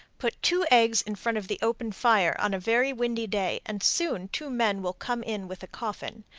put two eggs in front of the open fire on a very windy day, and soon two men will come in with a coffin.